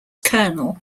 kernel